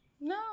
no